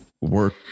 work